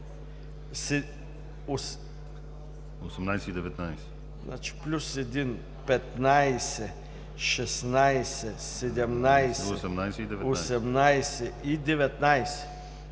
18 и 19